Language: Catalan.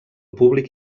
públic